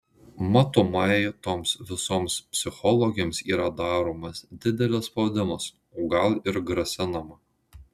matomai toms visoms psichologėms yra daromas didelis spaudimas o gal ir grasinama